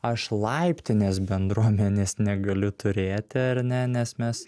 aš laiptinės bendruomenės negaliu turėti ar ne nes mes